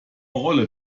rolle